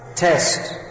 Test